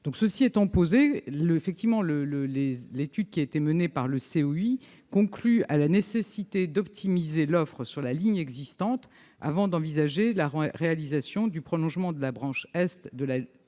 Cela étant dit, l'étude qui a été menée par le COI conclut à la nécessité d'optimiser l'offre sur la ligne existante avant d'envisager la réalisation du prolongement de la branche est de la LGV